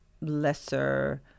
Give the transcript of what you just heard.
lesser